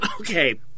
Okay